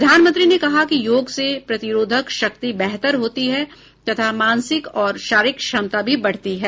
प्रधानमंत्री ने कहा कि योग से प्रतिरोधक शक्ति बेहतर होती है तथा मानसिक और शारीरिक क्षमता भी बढ़ती है